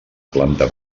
planta